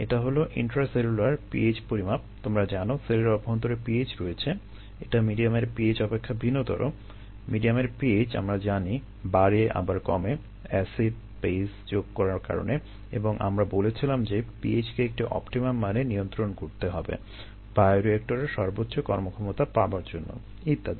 এটা হলো ইন্ট্রাসেলুলার মানে নিয়ন্ত্রণ করতে হবে বায়োরিয়েক্টরের সর্বোচ্চ কর্মক্ষমতা পাবার জন্য ইত্যাদি